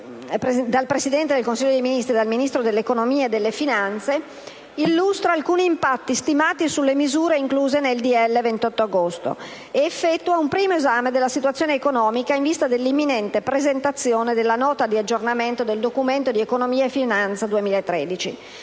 dal Presidente del Consiglio dei ministri e dal Ministro dell'economia e delle finanze illustra alcuni impatti stimati sulle misure incluse nel decreto-legge 31 agosto 2013, n. 102, ed effettua un primo esame della situazione economica in vista dell'imminente presentazione della Nota di aggiornamento al Documento di economia e finanza 2013,